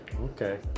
okay